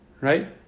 Right